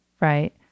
right